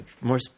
more